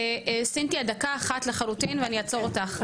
סינטיה דקה אחת לחלוטין ואני אעצור אותך.